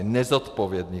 Nezodpovědných.